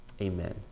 Amen